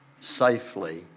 safely